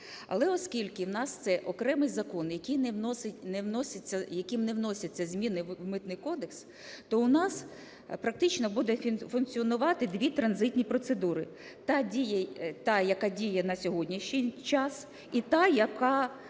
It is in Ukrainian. Але оскільки у нас це окремий закон, який не вноситься... яким не вносяться зміни в Митний кодекс, то у нас практично буде функціонувати дві транзитні процедури - та, яка діє на сьогоднішній час і та, яка